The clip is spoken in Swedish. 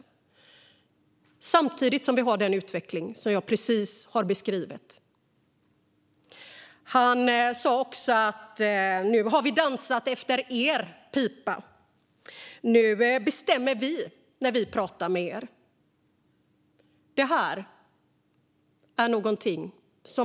Detta gjorde han trots att vi har den utveckling som jag precis har beskrivit. Han sa också: Nu har vi dansat efter er pipa - nu bestämmer vi när vi pratar med er!